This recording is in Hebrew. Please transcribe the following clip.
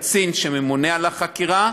קצין שממונה על החקירה,